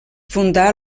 fundà